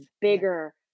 bigger